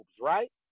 right